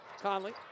Conley